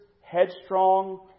Headstrong